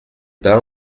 bains